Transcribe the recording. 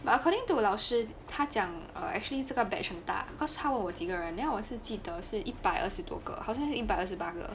but according to 老师他讲 err actually 这个 batch 很大 cause 他问我几个人了我是记得是一百二十多个好像是一百二十八个